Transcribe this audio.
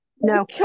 No